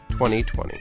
2020